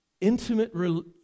intimate